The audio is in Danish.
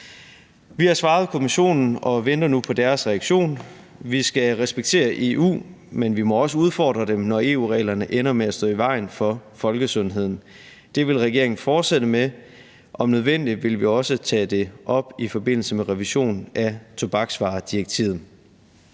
Vi har svaret Kommissionen og venter nu på deres reaktion. Vi skal respektere EU, men vi må også udfordre dem, når EU-reglerne ender med at stå i vejen for folkesundheden. Det vil regeringen fortsætte med. Om nødvendigt vil vi også tage det op i forbindelse med revision af tobaksvaredirektivet.